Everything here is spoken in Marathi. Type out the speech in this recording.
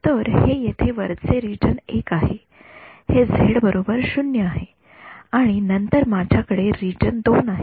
तर हे येथे वरचे रिजन १ आहे हे z 0 आहे आणि नंतर माझ्याकडे रिजन २ आहे